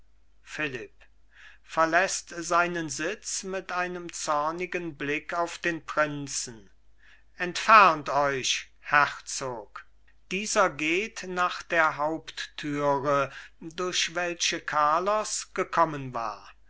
philipp verläßt seinen sitz mit einem zornigen blick auf den prinzen entfernt euch herzog dieser geht nach der haupttüre durch welche carlos gekommen war